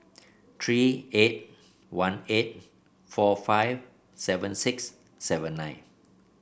three eight one eight four five seven six seven nine